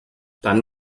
dann